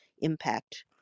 impact